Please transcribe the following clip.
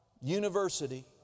university